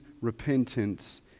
repentance